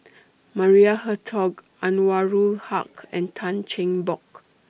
Maria Hertogh Anwarul Haque and Tan Cheng Bock